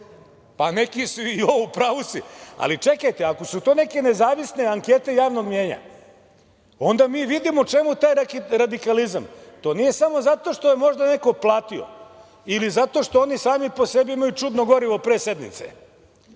pa znači manje od 3%?Ali, čekajte, ako su to neke nezavisne ankete javnog mnjenja, onda mi vidimo u čemu je taj radikalizam, to nije samo zato što je možda neko platio ili zato što oni sami po sebi imaju čudno gorivo pre sednice.